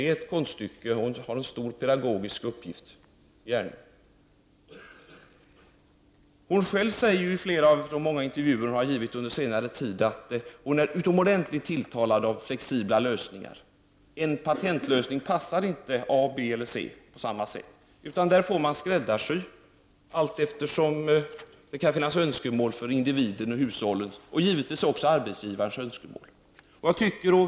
Arbetsmarknadsministern har en stor pedagogisk uppgift och gärning framför sig. I flera av de många intervjuer arbetsmarknadsministern på senare tid har givit säger hon att hon är utomordentligt tilltalad av flexibla lösningar. En patentlösning passar inte A, B eller C på samma sätt, utan den får man skräddarsy allteftersom det kan finnas önskemål från individer och hushåll och givetvis även från arbetsgivaren.